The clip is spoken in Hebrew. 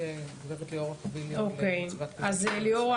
ליאורה,